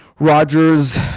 roger's